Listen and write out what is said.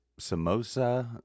samosa